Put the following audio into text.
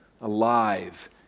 alive